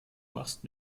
machst